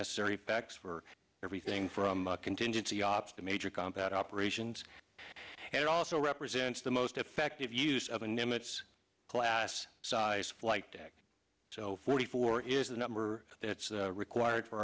necessary facts for everything from contingency ops to major combat operations and also represents the most effective use of a nimitz class size flight deck so forty four is a number that's required for